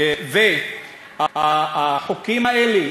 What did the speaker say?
החוקים האלה,